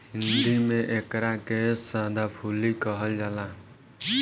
हिंदी में एकरा के सदाफुली कहल जाला